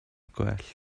gwell